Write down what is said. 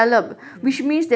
mm